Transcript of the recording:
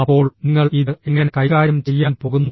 അപ്പോൾ നിങ്ങൾ ഇത് എങ്ങനെ കൈകാര്യം ചെയ്യാൻ പോകുന്നു